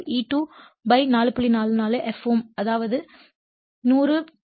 44 f ∅m அதாவது 100 4